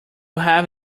have